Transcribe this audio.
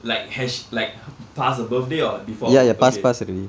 like has sh~ like pass her birthday or before okay